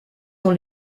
dans